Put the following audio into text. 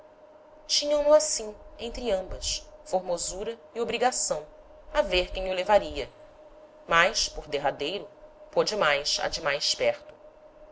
tinham no assim entre ambas formosura e obrigação a ver quem o levaria mas por derradeiro pôde mais a de mais perto